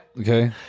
Okay